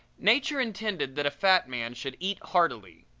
nature intended that a fat man should eat heartily,